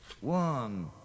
One